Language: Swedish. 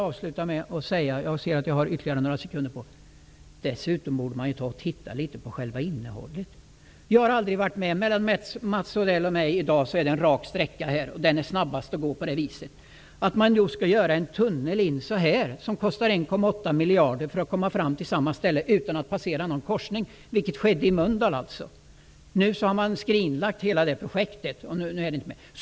Avslutningsvis vill jag säga att man borde se på innehållet. Mellan Mats Odell och mig är det en rak sträcka. Den går man snabbast rakt fram. Skulle man då i stället bygga en tunnel som kostar 1,8 miljarder för att komma fram till samma ställe -- utan att ens passera en korsning? Så gjorde man i Mölndal; även om man nu har skrinlagt det projektet.